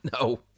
no